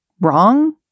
wrong